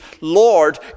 Lord